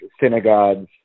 synagogues